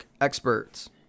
experts